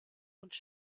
und